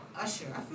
Usher